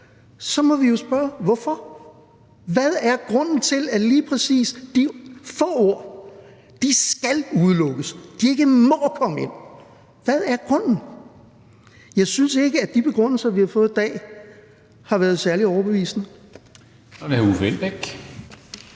må vi spørge: Hvorfor? Hvad er grunden til, at lige præcis de få ord skal udelukkes, at de ikke må komme ind? Hvad er grunden? Jeg synes ikke, at de begrundelser, vi har fået i dag, har været særlig overbevisende. Kl. 20:21 Formanden